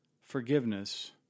forgiveness